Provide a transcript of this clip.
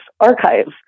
archives